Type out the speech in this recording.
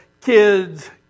kids